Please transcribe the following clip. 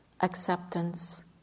acceptance